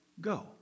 go